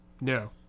No